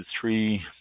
three